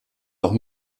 doch